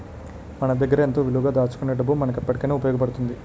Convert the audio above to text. మన దగ్గరే ఎంతో విలువగా దాచుకునే డబ్బు మనకు ఎప్పటికైన ఉపయోగపడుతుంది